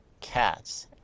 cats